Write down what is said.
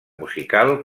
musical